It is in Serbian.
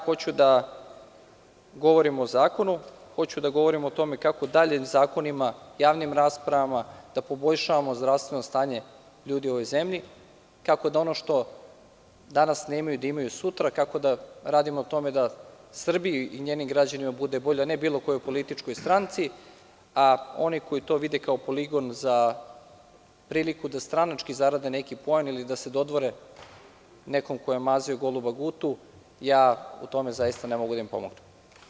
Ja hoću da govorim o zakonu, hoću da govorim o tome kako daljim zakonima i javnim raspravama da poboljšavamo zdravstveno stanje ljudi u ovoj zemlji, kako da ono što danas nemaju imaju sutra, kako da radimo na tome da Srbiji i njenim građanima bude bolje, a ne bilo kojoj političkoj stranci, a oni koji to vide kao poligon za priliku da stranački zarade neki poen ili da se dodvore nekome ko je mazio goluba Gutu, ja u tome zaista ne mogu da im pomognem.